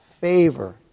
favor